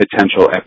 potential